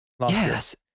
Yes